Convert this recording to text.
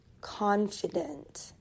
confident